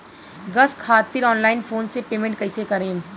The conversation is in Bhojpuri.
गॅस खातिर ऑनलाइन फोन से पेमेंट कैसे करेम?